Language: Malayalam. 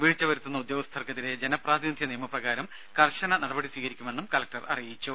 വീഴ്ചവരുത്തുന്ന ഉദ്യോഗസ്ഥർക്കെതിരെ ജനപ്രാതിനിധ്യ നിയമ പ്രകാരം കർശന നടപടി സ്വീകരിക്കുമെന്നും കലക്ടർ അറിയിച്ചു